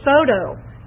photo